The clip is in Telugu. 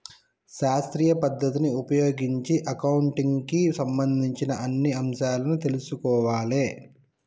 శాస్త్రీయ పద్ధతిని ఉపయోగించి అకౌంటింగ్ కి సంబంధించిన అన్ని అంశాలను తెల్సుకోవాలే